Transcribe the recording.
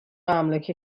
املاک